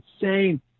insane